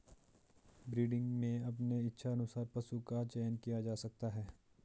breeding में अपने इच्छा अनुसार पशु का चयन किया जा सकता है